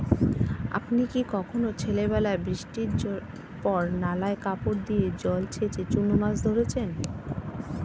আপনি কি কখনও ছেলেবেলায় বৃষ্টির পর নালায় কাপড় দিয়ে জল ছেঁচে চুনো মাছ ধরেছেন?